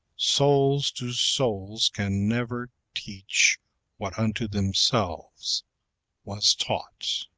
souls to souls can never teach what unto themselves was taught.